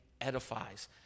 edifies